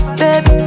baby